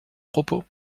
propos